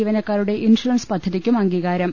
ജീവനക്കാരുടെ ഇൻഷൂറൻസ് പദ്ധ തിക്കും അംഗീകാരം